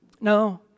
No